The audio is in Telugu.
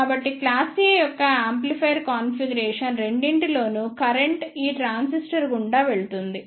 కాబట్టి క్లాస్ A యొక్క యాంప్లిఫైయర్ కాన్ఫిగరేషన్ రెండింటిలోనూ కరెంట్ ఈ ట్రాన్సిస్టర్ గుండా వెళుతుంది